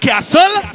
Castle